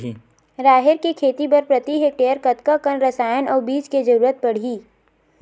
राहेर के खेती बर प्रति हेक्टेयर कतका कन रसायन अउ बीज के जरूरत पड़ही?